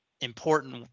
important